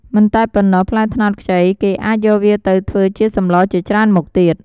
មិនតែប៉ុណ្ណោះ ផ្លែត្នោតខ្ចីគេអាច យកវាទៅធ្វើជាសម្លជាច្រើនមុខទៀត។